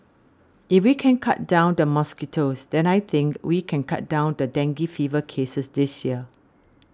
if we can cut down the mosquitoes then I think we can cut down the dengue fever cases this year